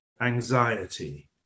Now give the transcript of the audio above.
anxiety